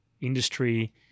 industry